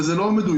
וזה לא מדויק,